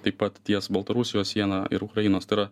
taip pat ties baltarusijos siena ir ukrainos tai yra